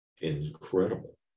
incredible